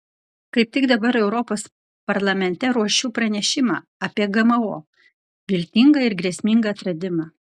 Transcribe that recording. kaip tik dabar europos parlamente ruošiu pranešimą apie gmo viltingą ir grėsmingą atradimą